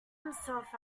himself